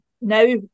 now